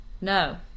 no